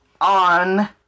on